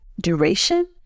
duration